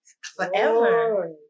forever